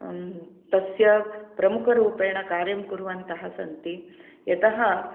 तस्य प्रमुखरूपेण कार्यं कुर्वन्तः सन्ति यतः